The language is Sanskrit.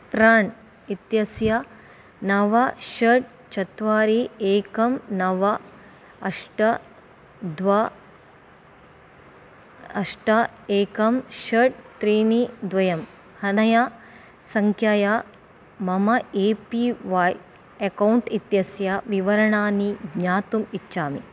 प्राण् इत्यस्य नव षट् चत्वारि एकं नव अष्ट द्वा अष्ट एकं षट् त्रीणि द्वयम् अनया सङ्ख्यया मम ए पी वै अकौण्ट् इत्यस्य विवरणानि ज्ञातुम् इच्छामि